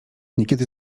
niekiedy